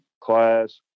class